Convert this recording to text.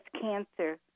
cancer